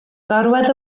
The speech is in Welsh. gorwedd